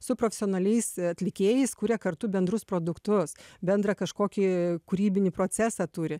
su profesionaliais atlikėjais kuria kartu bendrus produktus bendrą kažkokį kūrybinį procesą turi